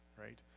right